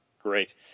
Great